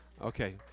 Okay